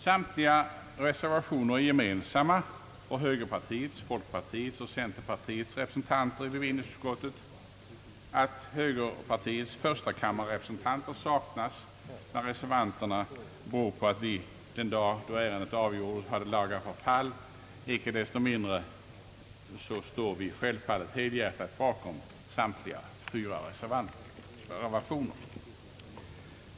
Samtliga reservationer är gemensamma för högerpartiets, folkpartiets och centerpartiets representanter i utskottet. Att högerpartiets förstakammarrepresentanter saknas bland reservanterna beror på att vi den dag då ärendet avgjordes hade laga förfall. Icke desto mindre står vi självfallet helhjärtat bakom samtliga fyra reservationer.